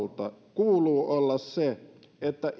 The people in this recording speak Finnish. kuuluu olla se että